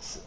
s~